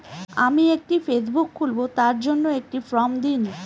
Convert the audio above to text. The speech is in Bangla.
আমি একটি ফেসবুক খুলব তার জন্য একটি ফ্রম দিন?